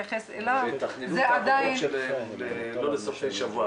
תתכננו את העבודות לא לסופי שבוע,